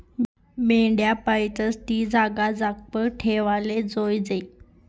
मेंढ्या पायतस ती जागा चकपाक ठेवाले जोयजे